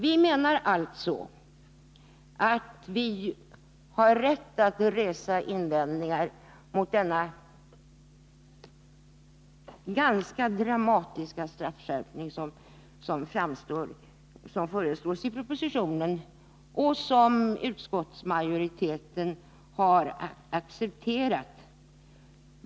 Vi menar alltså att vi har rätt att resa invändningar mot den ganska dramatiska straffskärpning som föreslås i propositionen och som utskottsmajoriteten har accepterat.